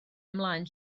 ymlaen